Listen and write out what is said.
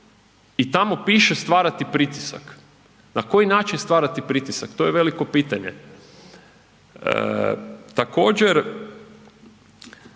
i tamo piše stvarati pritisak. Na koji način stvarati pritisak, to je veliko pitanje? Također,